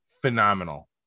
phenomenal